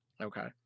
Okay